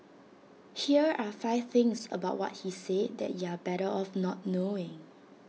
here are five things about what he said that you're better off not knowing